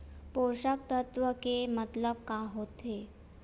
पोषक तत्व के मतलब का होथे?